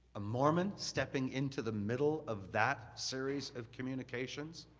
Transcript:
a mormon stepping into the middle of that series of communications,